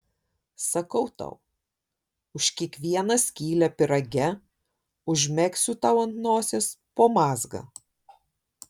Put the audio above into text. sakau tau už kiekvieną skylę pyrage užmegsiu tau ant nosies po mazgą